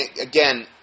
again